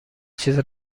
چیز